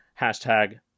hashtag